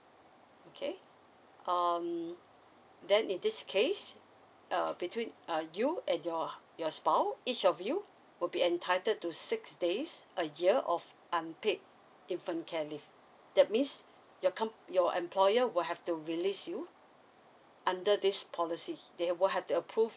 okay um then in this case err between uh you and your hou~ your spuse each of you will be entitled to six days a year of unpaid infant care leave that means your come your employer will have to release you under this policy they will have to approve